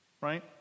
right